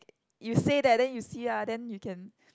you say that then you see uh then you can